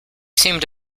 seemed